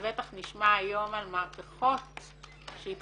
ובטח נשמע היום על מהפכות שהתרחשו.